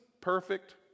perfect